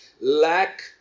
Lack